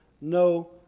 No